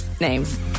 names